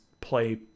play